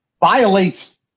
violates